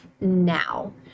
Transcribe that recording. now